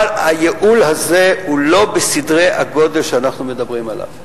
אבל הייעול הזה הוא לא בסדרי הגודל שאנחנו מדברים עליהם.